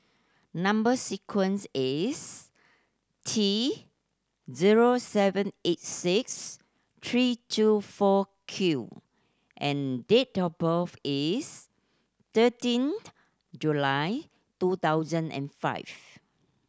number sequence is T zero seven eight six three two four Q and date of birth is thirteenth July two thousand and five